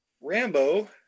Rambo